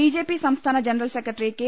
BJP സംസ്ഥാന general secretary K